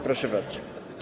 Proszę bardzo.